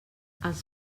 els